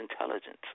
intelligence